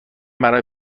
برای